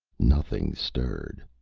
nothing stirred.